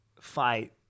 fight